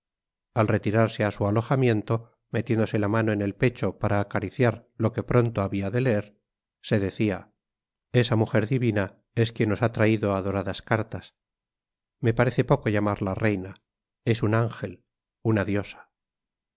al retirarse a su alojamiento metiéndose la mano en el pecho para acariciar lo que pronto había de leer se decía esa mujer divina es quien os ha traído adoradas cartas me parece poco llamarla reina es un ángel una diosa